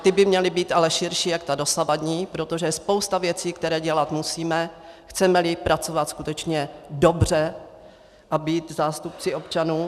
Ty by měly být ale širší než ta dosavadní, protože je spousta věcí, které dělat musíme, chcemeli pracovat skutečně dobře a být zástupci občanů.